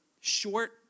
short